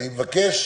אני מבקש